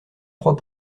trois